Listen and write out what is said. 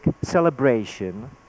celebration